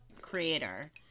creator